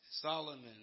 Solomon